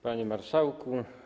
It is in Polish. Panie Marszałku!